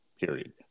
period